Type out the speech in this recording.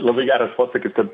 labai geras posakis kad